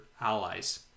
allies